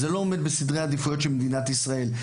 זה לא עומד בסדרי העדיפויות של מדינת ישראל,